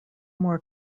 more